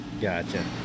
Gotcha